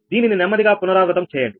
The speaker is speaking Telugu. దీనిని నెమ్మదిగా పునరావృతం చేయండి